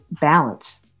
balance